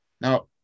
Now